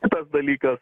kitas dalykas